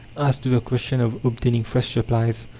as to the question of obtaining fresh supplies,